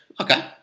okay